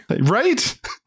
Right